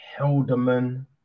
Helderman